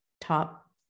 top